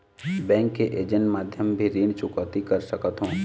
Bank के agent माध्यम भी ऋण चुकौती कर सकथों?